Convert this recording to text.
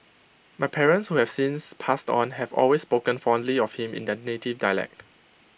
my parents who have since passed on have always spoken fondly of him in their native dialect